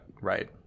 Right